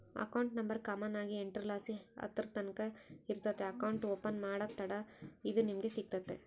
account number common ಆಗಿ ಎಂಟುರ್ಲಾಸಿ ಹತ್ತುರ್ತಕನ ಇರ್ತತೆ ಅಕೌಂಟ್ ಓಪನ್ ಮಾಡತ್ತಡ ಇದು ನಮಿಗೆ ಸಿಗ್ತತೆ